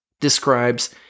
describes